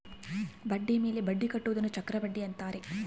ಬಡ್ಡಿಯ ಮೇಲೆ ಬಡ್ಡಿ ಕಟ್ಟುವುದನ್ನ ಚಕ್ರಬಡ್ಡಿ ಅಂತಾರೆ